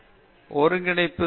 பேராசிரியர் பிரதாப் ஹரிதாஸ் சரி